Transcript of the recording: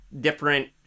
different